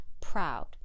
Proud